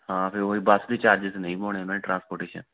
ਹਾਂ ਫਿਰ ਉਹ ਹੀ ਬੱਸ ਦੇ ਚਾਰਜਸ ਨਹੀਂ ਪਾਉਣੇ ਉਨ੍ਹਾਂ ਨੇ ਟਰਾਂਸਪੋਰਟੇਸ਼ਨ